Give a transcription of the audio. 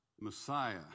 Messiah